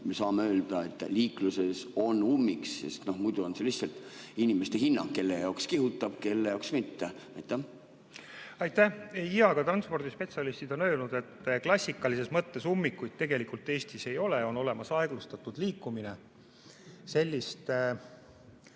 inimestele öelda, et liikluses on ummik? Muidu on see lihtsalt inimeste hinnang – kelle jaoks kihutab, kelle jaoks mitte. Aitäh! Jaa, ka transpordispetsialistid on öelnud, et klassikalises mõttes ummikuid tegelikult Eestis ei ole, on olemas aeglustatud liikumine. Sellist